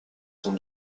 sont